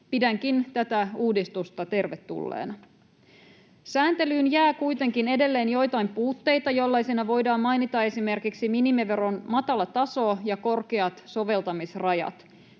Pidänkin tätä uudistusta tervetulleena. Sääntelyyn jää kuitenkin edelleen joitain puutteita, jollaisena voidaan mainita esimerkiksi minimiveron matala taso ja korkeat soveltamisrajat.